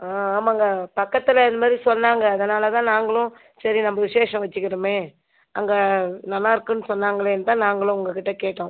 ஆ ஆமாம்ங்க பக்கத்தில் இது மாதிரி சொன்னாங்க அதனால் தான் நாங்களும் சரி நம்ம விசேஷம் வச்சுக்கிறமே அங்கே நல்லா இருக்குன்னு சொன்னாங்களேன்னு தான் நாங்களும் உங்கள் கிட்ட கேட்டோம்